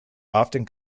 often